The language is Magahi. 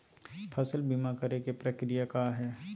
फसल बीमा करे के प्रक्रिया का हई?